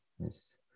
Yes